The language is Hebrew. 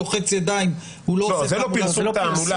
לוחץ ידיים --- זה לא פרסום או תעמולה.